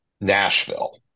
Nashville